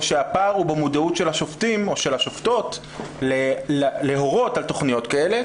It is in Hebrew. או שהפער הוא במודעות של השופטים או של השופטות להורות על תוכניות כאלה?